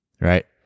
right